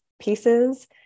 pieces